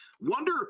Wonder